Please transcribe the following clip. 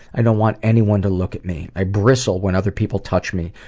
i don't want anyone to look at me. i bristle when other people touch me,